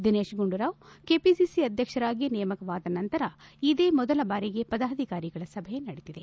ದಿನೇಶ್ ಗಂಡೂರಾವ್ ಕೆಪಿಸಿಸಿ ಅಧ್ವಕ್ಷರಾಗಿ ನೇಮಕವಾದ ನಂತರ ಇದೆ ಮೊದಲ ಬಾರಿಗೆ ಪದಾಧಿಕಾರಿಗಳ ಸಭೆ ನಡೆದಿದೆ